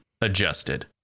adjusted